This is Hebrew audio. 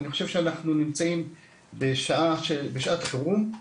אני חושב שאנחנו נמצאים בשעת חירום.